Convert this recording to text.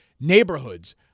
neighborhoods